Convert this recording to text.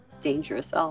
dangerous